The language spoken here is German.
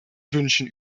wünschen